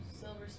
silver